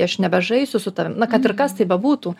aš nebežaisiu su tavim na kad ir kas tai bebūtų